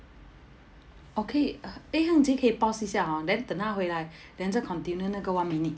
orh 可以 uh eh hen jie 可以 pause 一下 hor then 等她回来 then 再 continue 那个 one minute